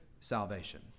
salvation